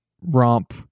romp